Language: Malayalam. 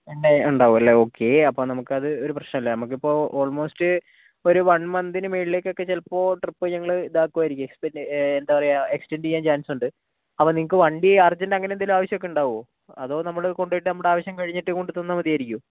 ഉണ്ടായി ഉണ്ടാവു അല്ലെ ഓക്കെ അപ്പം നമുക്കത് ഒരു പ്രശ്നം അല്ല നമുക്കിപ്പോൾ ഓൾ മോസ്റ്റ് ഒരു വൺ മന്തിന് മേളിലേക്കെക്കെ ചിലപ്പോൾ ട്രിപ്പ് ഞങ്ങൾ ഇതാക്കുവായിരിക്കും എക്സ്പെക്ട് എന്താ പറയാ എക്സ്റ്റൻറ്റ് ചെയ്യാൻ ചാൻസ് ഉണ്ട് അപ്പം നിങ്ങൾക്ക് വണ്ടി അർജന്റ് അങ്ങനെ എന്തേലും ആവശ്യമൊക്കെ ഉണ്ടാവ്വോ അതോ നമ്മൾ കൊണ്ട് പോയിട്ട് നമ്മുടെ ആവശ്യം കഴിഞ്ഞിട്ട് കൊണ്ട് തന്നാൽ മതിയായിരിക്കുവോ